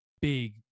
big